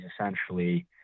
essentially